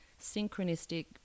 synchronistic